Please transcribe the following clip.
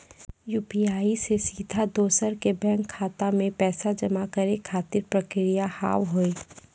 UPI से सीधा दोसर के बैंक खाता मे पैसा जमा करे खातिर की प्रक्रिया हाव हाय?